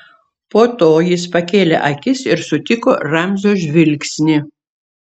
po to jis pakėlė akis ir sutiko ramzio žvilgsnį